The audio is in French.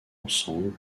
ensemble